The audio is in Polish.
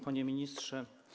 Panie Ministrze!